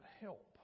help